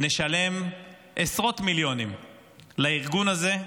נשלם עשרות מיליונים לארגון הזה,